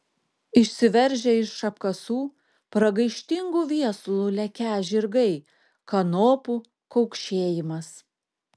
išsiveržę iš apkasų pragaištingu viesulu lekią žirgai kanopų kaukšėjimas